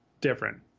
different